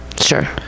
Sure